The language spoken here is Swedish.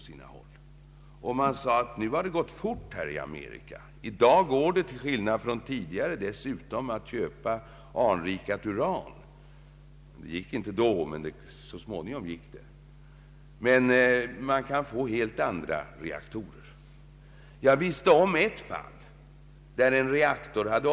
Man påstod att utvecklingen hade gått fort i USA och att det till skillnad från tidigare dessutom gick att köpa anrikat uran. Detta talade för helt andra reaktorer. Jag kände till ett fall. Till Atomkraftskonsortiet, de enskilda kraftverks Ang.